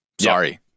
Sorry